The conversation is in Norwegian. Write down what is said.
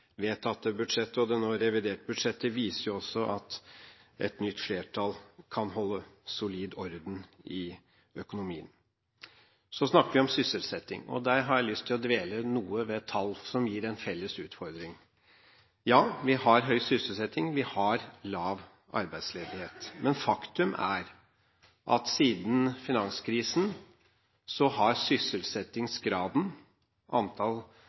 vedtatte budsjettet og det reviderte budsjettet viser jo at et nytt flertall kan holde solid orden i økonomien. Så snakker vi om sysselsetting. Der har jeg lyst til å dvele noe ved et tall som gir en felles utfordring. Ja, vi har høy sysselsetting, vi har lav arbeidsledighet. Men faktum er at siden finanskrisen har sysselsettingsgraden, antall